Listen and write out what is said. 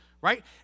right